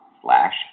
slash